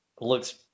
looks